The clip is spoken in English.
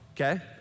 okay